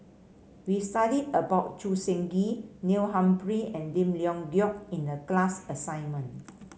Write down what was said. we studied about Choo Seng Quee Neil Humphrey and Lim Leong Geok in the class assignment